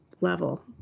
level